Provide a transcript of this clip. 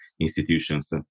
institutions